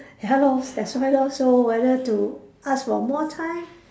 ya lor that's why lor so whether to ask for more time